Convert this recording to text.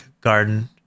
Garden